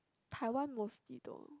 Taiwan mostly though